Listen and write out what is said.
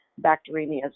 bacteremia